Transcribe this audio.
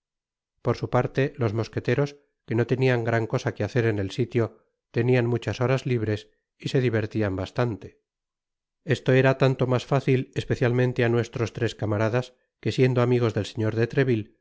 por su parte los mosqueteros que no tenian gran cosa que hacer en el sitio tenian muchas horas libres y se divertian bastante esto era tanto mas fácil especialmente á nuestros tres caniaradas que siendo amigos del señor de